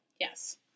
Yes